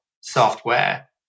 software